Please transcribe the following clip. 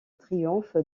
triomphe